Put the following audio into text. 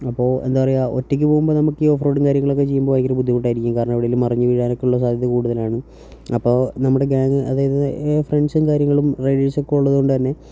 അപ്പോൾ എന്താ പറയുക ഒറ്റയ്ക്ക് പോകുമ്പോൾ നമുക്ക് ഈ ഓഫ്റോഡും കാര്യങ്ങളൊക്കെ ചെയ്യുമ്പോൾ ഭയങ്കര ബുദ്ധിമുട്ടായിരിക്കും കാരണം എവിടെയെങ്കിലും മറിഞ്ഞു വീഴാനൊക്കെ ഉള്ള സാധ്യത കൂടുതലാണ് അപ്പോൾ നമ്മുടെ ഗാങ്ങ് അതായത് ഫ്രണ്ട്സും കാര്യങ്ങളും റൈഡേഴ്സൊക്ക ഉള്ളതുകൊണ്ടുതന്നെ